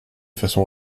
façon